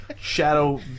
Shadow